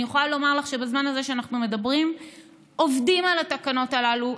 אני יכולה לומר לך שבזמן הזה שאנחנו מדברים עובדים על התקנות הללו,